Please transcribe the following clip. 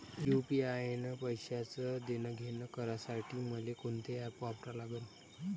UPI न पैशाचं देणंघेणं करासाठी मले कोनते ॲप वापरा लागन?